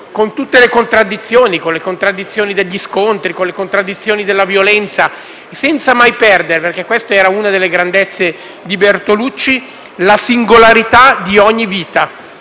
con tutte le contraddizioni, con le contraddizioni degli scontri, con le contraddizioni della violenza, senza mai perdere - perché questa era una delle grandezze di Bertolucci - la singolarità di ogni vita.